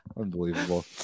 Unbelievable